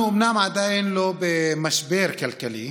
אנחנו אומנם עדיין לא במשבר כלכלי,